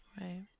right